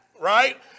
right